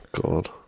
god